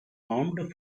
formed